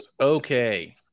Okay